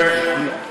משרד רישוי באזור?